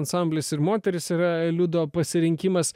ansamblis ir moterys yra liudo pasirinkimas